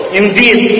indeed